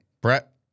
Brett